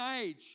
age